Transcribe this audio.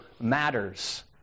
matters